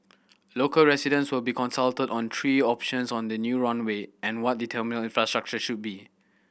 local residents will be consulted on three options for the new runway and what the terminal infrastructure should be